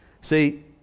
See